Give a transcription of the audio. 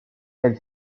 elle